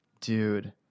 dude